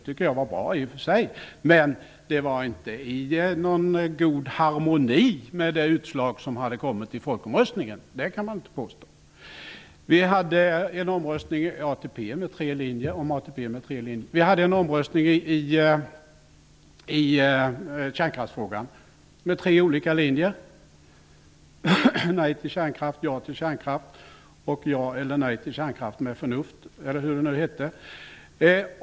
Det tycker jag i och för sig var bra. Men det var inte i någon god harmoni med det utslag som folkomröstningen hade gett. Det kan man inte påstå. Vi hade en omröstning om ATP med tre linjer. Vi hade en omröstning i kärnkraftsfrågan med tre olika linjer: Nej till kärnkraft, ja till kärnkraft och ja eller nej till kärnkraft med förnuft, eller hur det hette.